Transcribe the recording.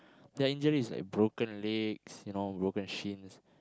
their injuries are like broken legs you know broken shins